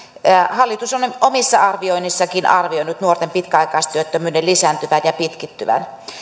hallitus on omissa arvioinneissaankin arvioinut nuorten pitkäaikaistyöttömyyden lisääntyvän ja pitkittyvän